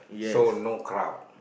so no crowd